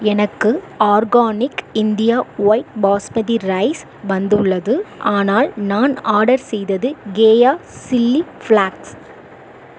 எனக்கு organic India white basmati rice வந்துள்ளது ஆனால் நான் ஆர்டர் செய்தது கேயா சில்லி ஃப்ளாக்ஸ்